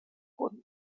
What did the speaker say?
wurden